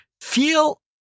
feel